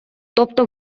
тобто